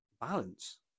balance